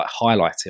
highlighting